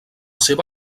seva